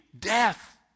death